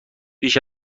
بیش